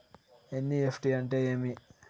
NEFT అంటే ఏమి